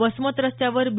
वसमत रस्त्यावर बी